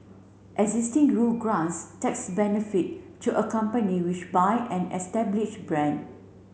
existing rule grants tax benefit to a company which buy an established brand